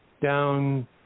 down